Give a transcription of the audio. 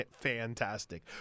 fantastic